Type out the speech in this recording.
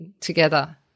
together